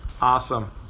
Awesome